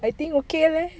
I think okay leh